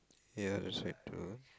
ya that's quite true